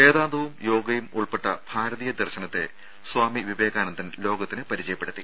വേദാന്തവും യോഗയും ഉൾപ്പെട്ട ഭാരതീയ ദർശനത്തെ സ്വാമി വിവേകാനന്ദൻ ലോകത്തിന് പരിചയപ്പെടുത്തി